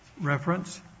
reference